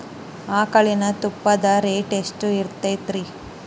ಆಕಳಿನ ತುಪ್ಪದ ರೇಟ್ ಎಷ್ಟು ಇರತೇತಿ ರಿ?